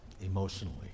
emotionally